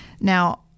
Now